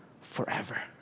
forever